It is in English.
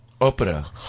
Opera